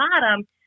bottom